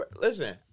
Listen